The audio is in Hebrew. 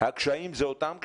הקשיים הם אותם קשיים,